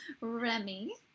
Remy